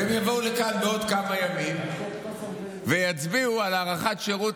והם יבואו לכאן בעוד כמה ימים ויצביעו על הארכת שירות